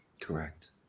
Correct